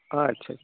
ᱟᱪᱪᱷᱟ ᱪᱷᱟ ᱪᱷᱟ